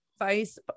advice